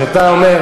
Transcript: אם אתה אומר: